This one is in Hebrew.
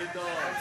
גדעון,